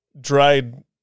dried